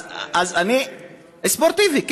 דיג ספורטיבי.